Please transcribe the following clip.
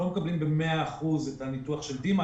אנחנו לא מקבלים במאה אחוז את הניתוח של דימה.